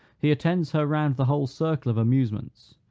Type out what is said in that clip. he attends her round the whole circle of amusements,